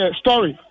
story